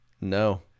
No